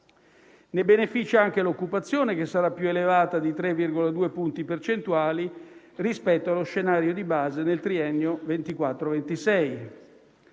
Ne beneficia anche l'occupazione, che sarà più elevata di 3,2 punti percentuali rispetto allo scenario di base nel triennio 2024-2026.